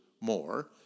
more